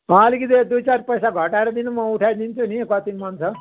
अलिकति दुई चार पैसा घटाएर दिनु म उठाइदिन्छु नि कति मन छ